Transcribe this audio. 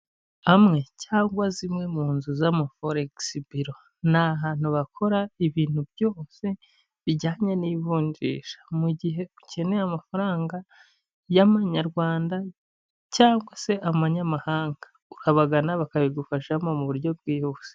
Amwe cyangwa zimwe mu nzu z'amaforekisi biro, ni ahantu bakora ibintu byose bijyanye n'ivunjisha, mu gihe ukeneye amafaranga y'amanyarwanda cyangwa se amanyamahanga ukabagana bakabigufashamo mu buryo bwihuse.